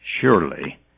Surely